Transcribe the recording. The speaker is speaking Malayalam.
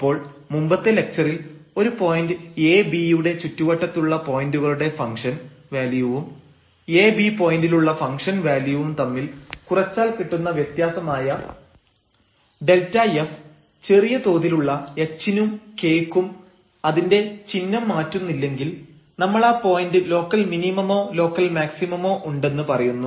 അപ്പോൾ മുമ്പത്തെ ലക്ച്ചറിൽ ഒരു പോയന്റ് ab യുടെ ചുറ്റുവട്ടത്തുള്ള പോയന്റുകളുടെ ഫംഗ്ഷൻ വാല്യുവും ab പോയന്റിലുള്ള ഫംഗ്ഷൻ വാല്യുവും തമ്മിൽ കുറച്ചാൽ കിട്ടുന്ന വ്യത്യാസമായ Δf ചെറിയ തോതിലുള്ള h നും k ക്കും അതിന്റെ ചിഹ്നം മാറ്റുന്നില്ലെങ്കിൽ നമ്മളാ പോയന്റ് ലോക്കൽ മിനിമമോ ലോക്കൽ മാക്സിമമോ ഉണ്ടെന്ന് പറയുന്നു